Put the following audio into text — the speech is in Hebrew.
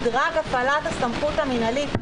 מדרג הפעלת הסמכות המינהלית,